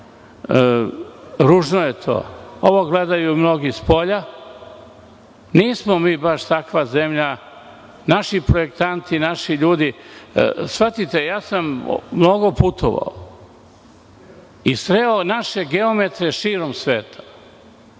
Ružno je to. Ovo gledaju mnogi spolja, nismo mi baš takva zemlja, naši projektanti, naši ljudi, shvatite mnogo sam putovao i sreo naše geometre širom sveta.